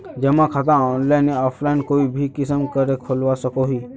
जमा खाता ऑनलाइन या ऑफलाइन कोई भी किसम करे खोलवा सकोहो ही?